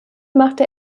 machte